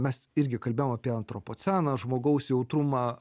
mes irgi kalbėjom apie antropoceną žmogaus jautrumą